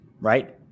right